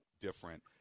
different